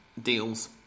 deals